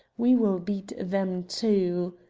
we will beat them, too.